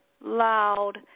loud